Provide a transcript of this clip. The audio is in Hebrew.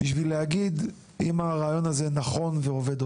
כדי להבין האם הרעיון הזה נכון ועובד,